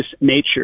nature